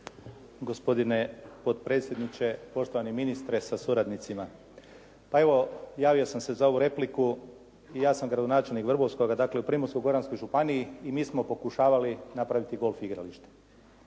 Gospodine potpredsjedniče, poštovani ministre sa suradnicima. Pa evo, javio sam se za ovu repliku, ja sam gradonačelnik Vrbovskoga, dakle u Primorsko-goranskoj županiji i mi smo pokušavali napraviti golf igralište.